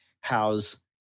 House